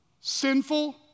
Sinful